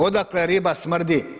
Odakle riba smrdi?